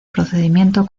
procedimiento